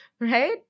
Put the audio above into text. Right